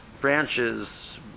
branches